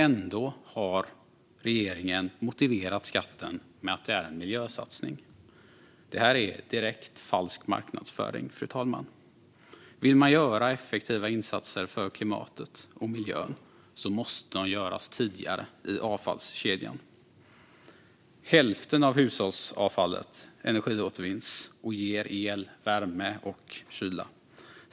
Ändå har regeringen motiverat skatten med att det är en miljösatsning. Detta är direkt falsk marknadsföring, fru talman. Vill man göra effektiva insatser för klimatet och miljön måste de göras tidigare i avfallskedjan. Hälften av hushållsavfallet energiåtervinns och ger el, värme och kyla.